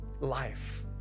life